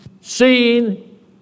seen